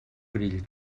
grill